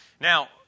Now